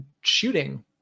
shooting